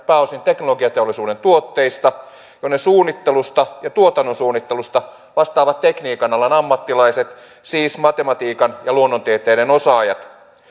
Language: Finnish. pääosin teknologiateollisuuden tuotteista joiden suunnittelusta ja tuotannon suunnittelusta vastaavat tekniikan alan ammattilaiset siis matematiikan ja luonnontieteiden osaajat